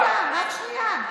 רק שנייה,